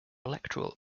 electoral